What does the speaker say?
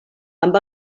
amb